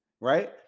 Right